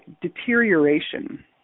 deterioration